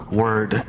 word